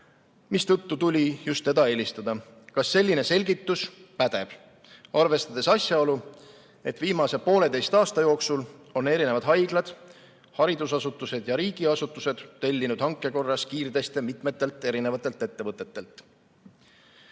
mistõttu tuli just teda eelistada. Kas selline selgitus pädeb, arvestades asjaolu, et viimase poolteise aasta jooksul on erinevad haiglad, haridusasutused ja riigiasutused tellinud hanke korras kiirteste mitmetelt erinevatelt ettevõtetelt?